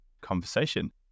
Conversation